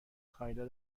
کایلا